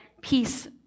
peace